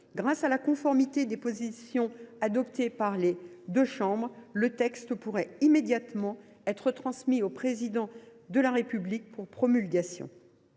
grâce à la conformité des positions adoptées par les deux chambres, le texte pourrait immédiatement être transmis au Président de la République pour promulgation.